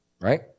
right